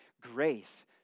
grace